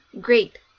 great